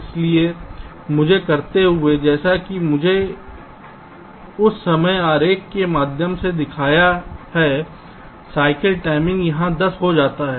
इसलिए ऐसा करते हुए जैसा कि मैंने उस समय आरेख के माध्यम से दिखाया है साइकिल टाइम यहां 10 हो जाता है